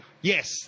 Yes